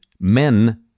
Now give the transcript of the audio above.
men